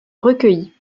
recueillies